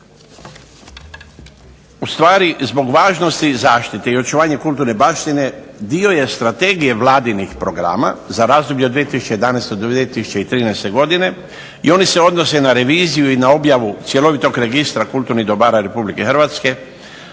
Ustvari, zbog važnosti zaštite i očuvanja kulturne baštine dio je strategije vladinih programa za razdoblje 2011.-2013. godine i oni se odnose na reviziju i na objavu cjelovitog registra kulturnih dobara Republike Hrvatske,